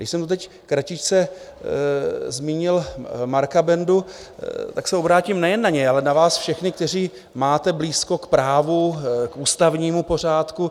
A když jsem teď kratičce zmínil Marka Bendu, tak se obrátím nejen na něj, ale na vás všechny, kteří máte blízko k právu, ústavnímu pořádku.